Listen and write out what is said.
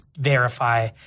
verify